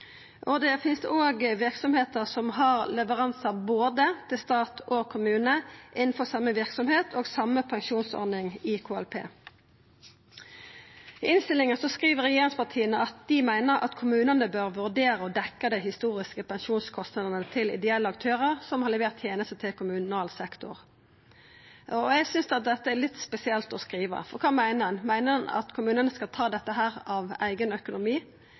Det finst òg verksemder som har leveranse både til stat og kommune innanfor same verksemd og same pensjonsordning i KLP. I innstillinga skriv regjeringspartia at dei meiner at kommunane bør vurdera å dekkja dei historiske pensjonskostnadane til ideelle aktørar som har levert tenester til kommunal sektor. Eg synest at det er litt spesielt å skriva dette. For kva meiner ein? Meiner ein at kommunane skal ta dette av eigen økonomi?